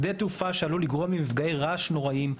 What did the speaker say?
שדה תעופה שעלול לגרום למפגעי רעש נוראיים,